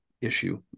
issue